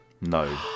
no